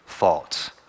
thoughts